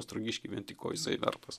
ostrogiškį vien tik ko jisai vertas